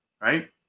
right